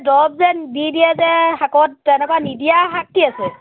দৰৱ যেন দি দিয়ে যে শাকত তেনেকুৱা নিদিয়া শাক কি আছে